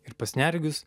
ir pas neregius